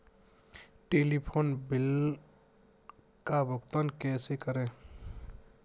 Telephone bill का भुगतान कैसे करें?